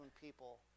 people